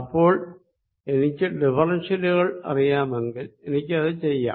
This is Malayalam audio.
അപ്പോൾ എനിക്ക് ഡിഫറെൻഷ്യലുകൾ അറിയാമെങ്കിൽ എനിക്കത് ചെയ്യാം